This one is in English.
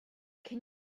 can